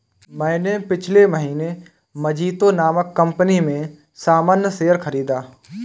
मैंने पिछले महीने मजीतो नामक कंपनी में सामान्य शेयर खरीदा